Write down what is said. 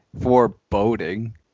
Foreboding